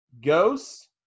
Ghosts